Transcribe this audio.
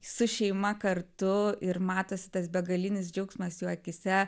su šeima kartu ir matosi tas begalinis džiaugsmas jo akyse